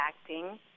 acting